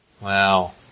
Wow